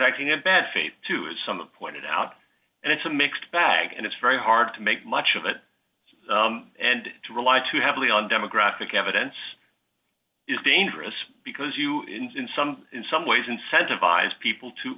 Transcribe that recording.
acting in bad faith to it some point it out and it's a mixed bag and it's very hard to make much of it and to rely too heavily on demographic evidence is dangerous because you in some in some ways incentivize people to